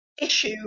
issue